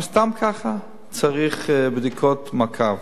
גם סתם ככה צריך בדיקות מעקב.